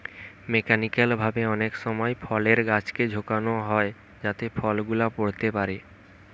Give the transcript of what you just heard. mechanical ভাবে অনেক সময় ফলের গাছকে ঝাঁকানো হয় যাতে ফল গুলা পড়তে পারে